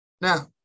Now